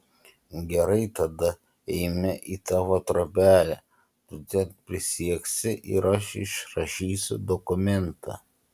gerai tada eime į tavo trobelę tu ten prisieksi ir aš išrašysiu dokumentą